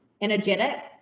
Energetic